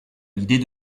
l’idée